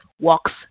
walks